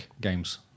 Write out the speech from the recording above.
Games